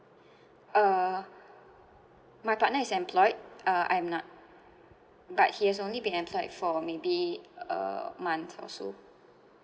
uh my partner is employed uh I'm not but he has only been employed for maybe a month or so